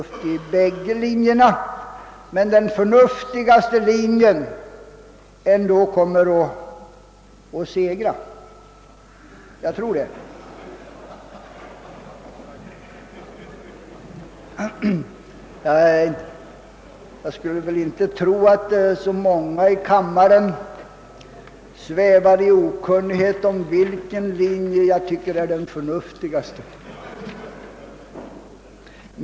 Det kan ju finnas förnuft i bägge linjerna, men jag skulle inte tro att så många här i kammaren svävar i okunnighet om vilken linje jag tycker är den förnuftigaste.